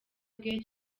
bwe